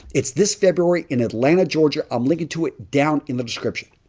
it's this february in atlanta, georgia. i'm linking to it down in the description.